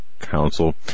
Council